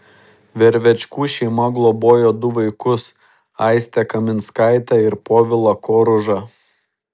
vervečkų šeima globojo du vaikus aistę kaminskaitę ir povilą koružą